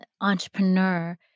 entrepreneur